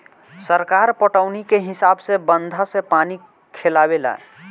सरकार पटौनी के हिसाब से बंधा से पानी खोलावे ले